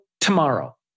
tomorrow